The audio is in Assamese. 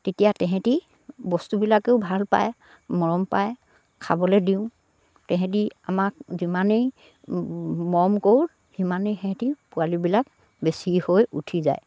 তেতিয়া তেহেঁতি বস্তুবিলাকেও ভাল পায় মৰম পায় খাবলে দিওঁ তেহেঁতি আমাক যিমানেই মৰম কৰোঁ সিমানেই সেহেঁতি পোৱালিবিলাক বেছি হৈ উঠি যায়